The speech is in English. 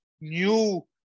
new